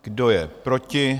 Kdo je proti?